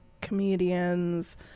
comedians